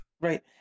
right